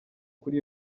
kuri